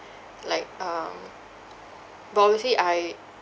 like um but mostly I